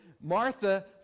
Martha